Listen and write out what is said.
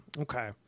okay